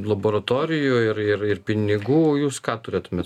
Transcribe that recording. laboratorijų ir ir ir pinigų jūs ką turėtumėt